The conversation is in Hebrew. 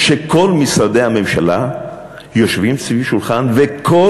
שכל משרדי הממשלה יושבים סביב שולחן וכל